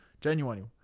Genuinely